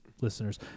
listeners